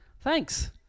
thanks